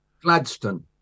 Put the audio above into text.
Gladstone